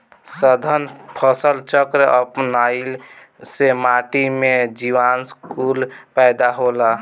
सघन फसल चक्र अपनईला से माटी में जीवांश कुल पैदा होला